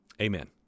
Amen